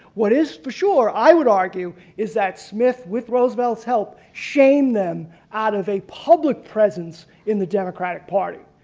what is for sure i would argue is that smith with roosevelt's help shamed them out of a public presence in the democratic party.